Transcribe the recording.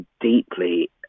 deeply